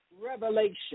revelation